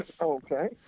okay